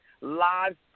live